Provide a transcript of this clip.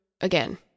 again